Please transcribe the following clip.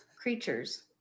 creatures